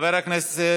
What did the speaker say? חבר הכנסת